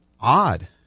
odd